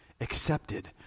accepted